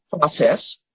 process